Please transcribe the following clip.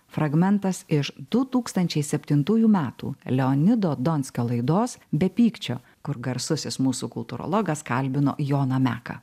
fragmentas iš du tūkstančiai septintųjų metų leonido donskio laidos be pykčio kur garsusis mūsų kultūrologas kalbino joną meką